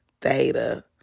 Theta